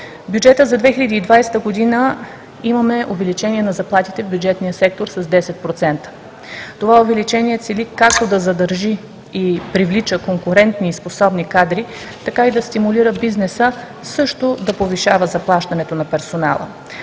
В бюджета за 2020 г. имаме увеличение на заплатите в бюджетния сектор с 10%. Това увеличение цели както да задържи и привлича конкурентни и способни кадри, така и да стимулира бизнеса също да повишава заплащането на персонала.